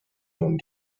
home